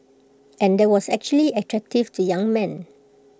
and that was actually attractive to young men